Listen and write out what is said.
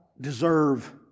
deserve